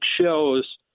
shows –